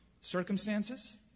Circumstances